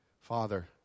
Father